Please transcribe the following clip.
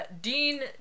Dean